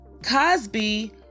Cosby